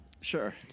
Sure